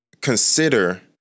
consider